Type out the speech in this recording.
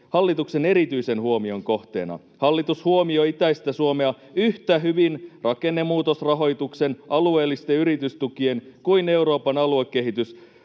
hallituksen erityisen huomion kohteena. Hallitus huomioi itäistä Suomea yhtä hyvin rakennemuutosrahoituksen, alueellisten yritystukien kuin Euroopan aluekehitysrahaston